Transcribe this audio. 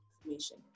information